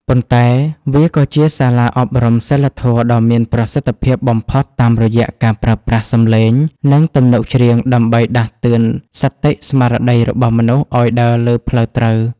ប៉ុន្តែវាក៏ជាសាលាអប់រំសីលធម៌ដ៏មានប្រសិទ្ធភាពបំផុតតាមរយៈការប្រើប្រាស់សម្លេង និងទំនុកច្រៀងដើម្បីដាស់តឿនសតិស្មារតីរបស់មនុស្សឱ្យដើរលើផ្លូវត្រូវ។